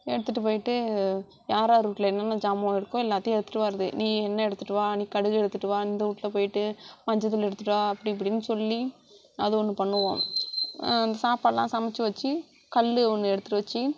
எடுத்துகிட்டு போய்விட்டு யாராரு வீட்டில் என்னென்ன ஜாமான் இருக்கோ எல்லாத்தையும் எடுத்துட்டு வரது நீ எண்ணெய் எடுத்துட்டு வா நீ கடுகு எடுத்துட்டு வா இந்த வீட்ல போய்விட்டு மஞ்சள் தூள் எடுத்துகிட்டு வா அப்படி இப்படின்னு சொல்லி அது ஒன்று பண்ணுவோம் அந்த சாப்பாடுலாம் சமைச்சி வச்சு கல்லு ஒன்று எடுத்து வச்சு